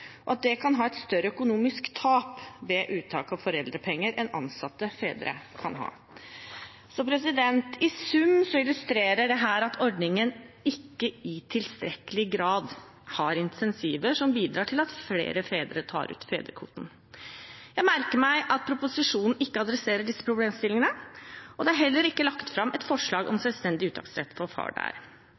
og at de kan ha et større økonomisk tap ved uttak av foreldrepenger enn ansatte fedre. I sum illustrerer dette at ordningen ikke i tilstrekkelig grad har incentiver som bidrar til at flere fedre tar ut fedrekvoten. Jeg merker meg at proposisjonen ikke adresserer disse problemstillingene, og det er heller ikke lagt fram forslag om selvstendig uttaksrett for far